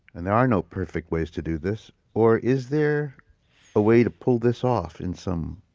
and there are no perfect ways to do this or is there a way to pull this off in some.